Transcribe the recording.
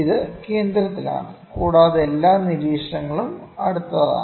ഇത് കേന്ദ്രത്തിലാണ് കൂടാതെ എല്ലാ നിരീക്ഷണങ്ങളും അടുത്താണ്